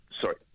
Sorry